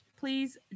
please